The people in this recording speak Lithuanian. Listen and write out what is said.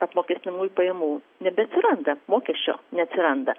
apmokestinamųjų pajamų nebeatsiranda mokesčio neatsiranda